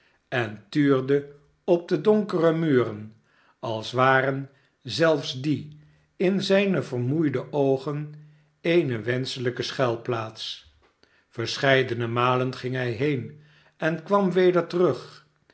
en tuurde op de donkere muren als waren zelfs die in zijne vermoeide oogen eene wenschelijke schuilplaats verscheidene malen ging hij heen en kwam weder terug